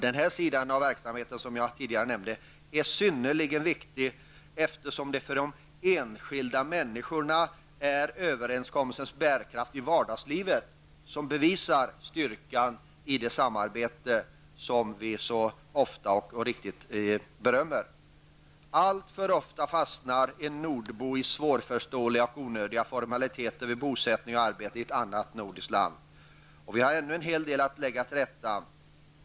Denna sida av verksamheten är, som jag tidigare nämnde, synnerligen viktig, eftersom det för de enskilda människorna är överenskommelsens bärkraft i vardagslivet som bevisar styrkan i det samarbete som vi så ofta och så riktigt berömmer. Alltför ofta fastnar en nordbo i svårförståeliga och onödiga formaliteter vid bosättning och arbete i ett annat nordiskt land. Vi har ännu en hel del att lägga till rätta.